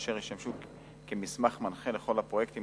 אשר תשמש מסמך מנחה לכל הפרויקטים